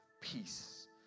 peace